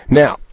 now